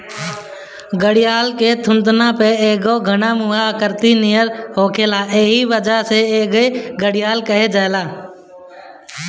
घड़ियाल के थुथुना पे एगो घड़ानुमा आकृति नियर होखेला एही वजह से एके घड़ियाल कहल जाला